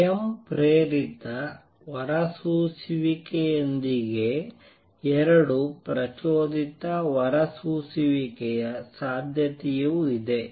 ಸ್ವಯಂಪ್ರೇರಿತ ಹೊರಸೂಸುವಿಕೆಯೊಂದಿಗೆ ಎರಡು ಪ್ರಚೋದಿತ ಹೊರಸೂಸುವಿಕೆಯ ಸಾಧ್ಯತೆಯೂ ಇದೆ